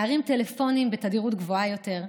להרים טלפונים בתדירות גבוהה יותר,